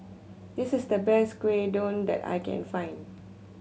this is the best Gyudon that I can find